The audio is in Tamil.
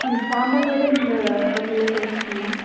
மேம் சாம்பார் வடை இந்த ஹோட்டலில் ஃபேமஸுங்க மேம்